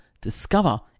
discover